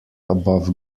above